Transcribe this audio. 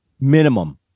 minimum